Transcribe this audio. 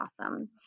awesome